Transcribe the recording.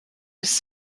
was